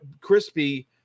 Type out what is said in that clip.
crispy